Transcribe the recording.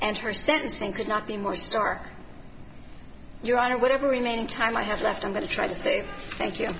and her sentencing could not be more stark your honor whatever remaining time i have left i'm going to try to say thank you